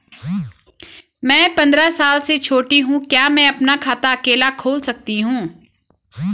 मैं पंद्रह साल से छोटी हूँ क्या मैं अपना खाता अकेला खोल सकती हूँ?